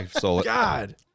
god